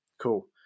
Cool